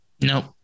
Nope